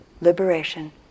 Liberation